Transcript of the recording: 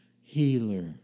healer